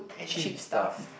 cheap stuff